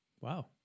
Wow